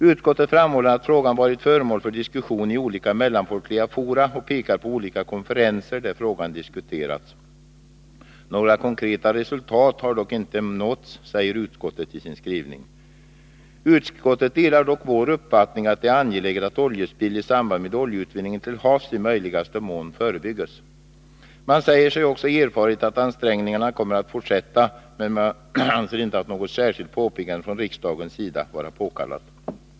Utskottet framhåller att frågan varit föremål för diskussion i olika mellanfolkliga fora och pekar på olika konferenser där frågan diskuterats. Några konkreta resultat har dock inte nåtts, säger utskottet i sin skrivning. Utskottet delar dock vår uppfattning att det är angeläget att oljespill i samband med oljeutvinningen till havs i möjligaste mån förebyggs och säger sig också ha erfarit att ansträngningarna kommer att fortsätta. Men utskottet anser inte något särskilt påpekande från riksdagens sida vara påkallat.